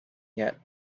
yet